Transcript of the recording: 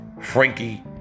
Frankie